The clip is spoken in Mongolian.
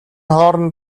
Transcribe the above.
хооронд